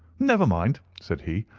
never mind, said he,